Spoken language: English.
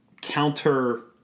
counter